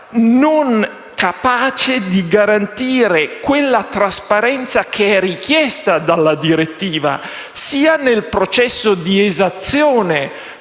incapace di garantire la trasparenza richiesta dalla direttiva, sia nel processo di esazione